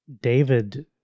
David